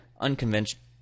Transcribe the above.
unconventional